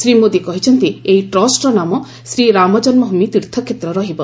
ଶ୍ରୀ ମୋଦି କହିଛନ୍ତି ଏହି ଟ୍ରଷ୍ଟର ନାମ ଶ୍ରୀ ରାମ ଜନ୍ମଭୂମି ତୀର୍ଥ କ୍ଷେତ୍ର ରହିବ